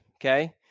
Okay